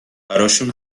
براشون